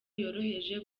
yoroheje